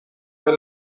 mir